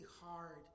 hard